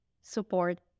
support